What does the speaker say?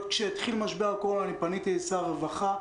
עוד כשהתחיל משבר הקורונה אני פניתי לשר הרווחה.